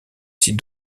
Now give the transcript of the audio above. site